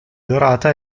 dorata